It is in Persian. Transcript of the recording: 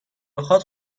بخاد